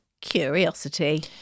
curiosity